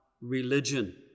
religion